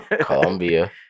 Colombia